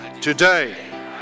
today